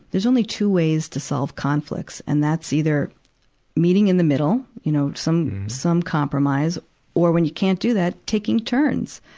there's only two ways to solve conflicts, and that's either meeting in the middle you know, some, some compromise or, when you can't do that, taking turns.